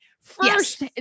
First